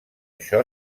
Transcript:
això